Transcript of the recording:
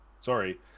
sorry